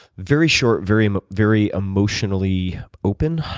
very short, very um very emotionally open,